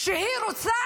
כשהיא רוצה,